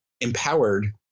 empowered